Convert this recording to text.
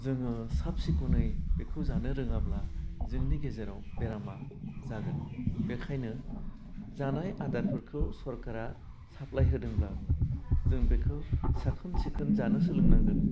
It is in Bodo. जोङो साब सिख'नै बेखौ जानो रोङाब्ला जोंनि गेजेराव बेरामा जागोन बेखायनो जानाय आदारफोरखौ सरकारा साप्लाइ होदोंब्लाबो जों बेखौ साखोन सिखोन जानो सोलोंनांगौ